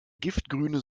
giftgrüne